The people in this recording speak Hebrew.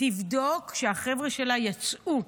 תבדוק שהחבר'ה שלה יצאו.